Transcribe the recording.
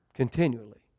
Continually